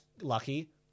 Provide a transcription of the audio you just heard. lucky